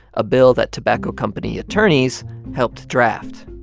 a bill that tobacco company attorneys helped draft.